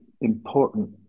important